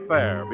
Fair